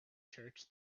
church